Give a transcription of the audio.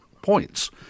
points